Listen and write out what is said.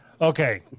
Okay